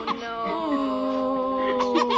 no!